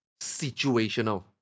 situational